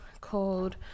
called